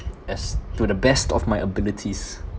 as to the best of my abilities